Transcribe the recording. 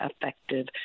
effective